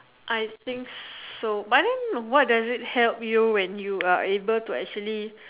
I think so but then what does it help you when you are able to actually